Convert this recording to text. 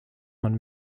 man